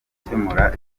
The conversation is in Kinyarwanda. gukemura